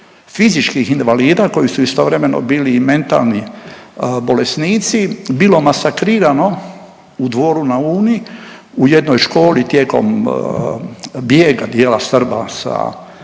fizičkih invalida koji su istovremeno bili i mentalni bolesnici, bilo masakrirano u Dvoru na Uni u jednoj školi tijekom bijega dijela Srba sa toga